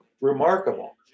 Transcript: remarkable